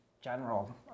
general